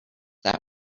that